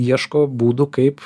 ieško būdų kaip